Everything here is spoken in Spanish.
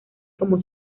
como